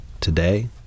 Today